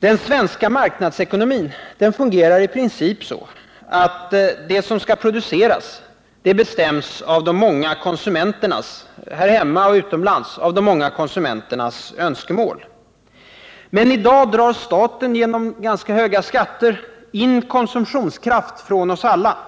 Den svenska marknadsekonomin fungerar i princip så, att vad som skall produceras, här hemma eller utomlands, bestäms av de många konsumenternas önskemål. Men i dag drar staten genom ganska höga skatter in konsumtionskraft från oss alla.